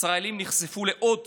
ישראלים נחשפו לעוד